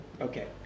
okay